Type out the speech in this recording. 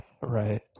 Right